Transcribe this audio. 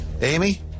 Amy